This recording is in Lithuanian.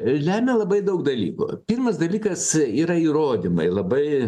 lemia labai daug dalykų pirmas dalykas yra įrodymai labai